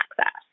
access